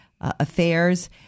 affairs